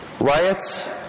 Riots